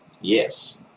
Yes